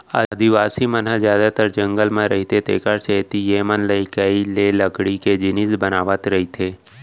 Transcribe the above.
आदिवासी मन ह जादातर जंगल म रहिथे तेखरे सेती एमनलइकई ले लकड़ी के जिनिस बनावत रइथें